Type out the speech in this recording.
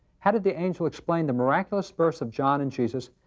how did the angel explain the miraculous births of john and jesus?